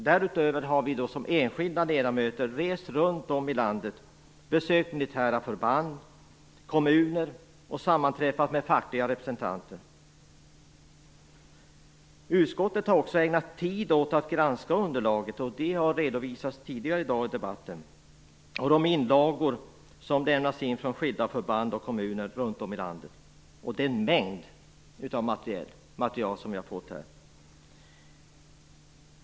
Därutöver har enskilda ledamöter rest runt i landet och besökt militära förband och kommuner och sammanträffat med fackliga representanter. Utskottet har även ägnat tid åt att granska underlaget - vilket tidigare har redovisats i debatten - och de inlagor som har lämnats in från skilda förband och kommuner runt om i landet. Det är en stor mängd material som vi har fått.